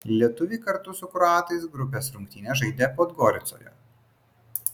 lietuviai kartu su kroatais grupės rungtynes žaidė podgoricoje